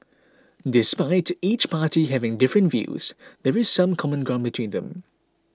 despite each party having different views there is some common ground between them